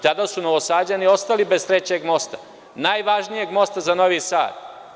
Tada su Novosađani ostali bez trećeg mosta, najvažnijeg mosta za Novi Sad.